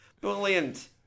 Brilliant